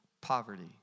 poverty